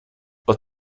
but